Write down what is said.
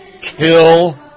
kill